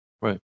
Right